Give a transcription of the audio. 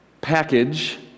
package